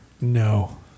No